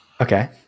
Okay